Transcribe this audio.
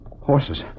horses